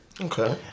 Okay